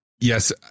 Yes